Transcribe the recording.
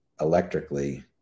electrically